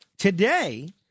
Today